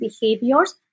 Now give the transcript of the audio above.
behaviors